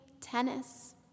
tennis